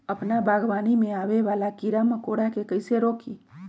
अपना बागवानी में आबे वाला किरा मकोरा के कईसे रोकी?